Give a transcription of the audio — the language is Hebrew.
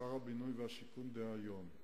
שר הבינוי והשיכון דהיום,